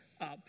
up